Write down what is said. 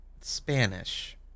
Spanish